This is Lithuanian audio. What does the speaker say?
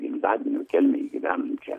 gimtadieniu kelmėj gyvenančią